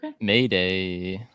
Mayday